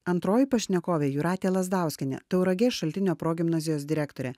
antroji pašnekovė jūratė lazdauskienė tauragės šaltinio progimnazijos direktorė